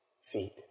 feet